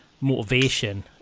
motivation